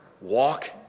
walk